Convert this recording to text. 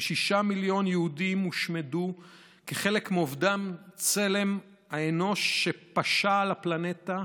כשישה מיליון יהודים הושמדו כחלק מאובדן צלם האנוש שפשה על הפלנטה.